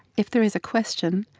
if there is a question,